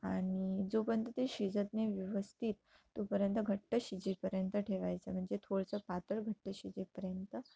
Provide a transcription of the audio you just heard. आणि जोपर्यंत ते शिजत नाही व्यवस्थित तोपर्यंत घट्ट शिजेपर्यंत ठेवायचं म्हणजे थोडंसं पातळ घट्ट शिजेपर्यंत